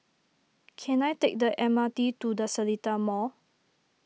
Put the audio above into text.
can I take the M R T to the Seletar Mall